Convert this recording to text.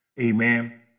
amen